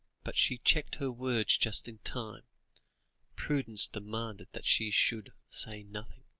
but she checked her words just in time prudence demanded that she should say nothing,